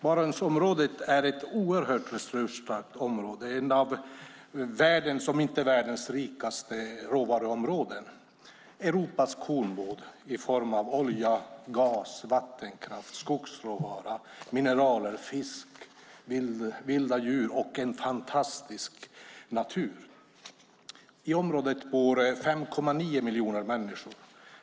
Barentsområdet är ett oerhört resursstarkt område - ett av världens, om inte världens rikaste, råvaruområden. Det är Europas kornbord när det gäller olja, gas, vattenkraft, skogsråvara, mineraler, fisk och vilda djur. Det finns också en fantastisk natur. I området bor 5,9 miljoner människor.